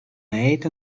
made